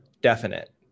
definite